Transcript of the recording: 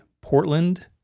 portland